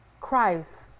Christ